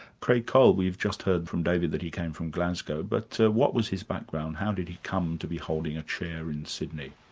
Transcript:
creagh cole, we've just heard from david that he came from glasgow, but what was his background? how did he come to be holding a chair in sydney?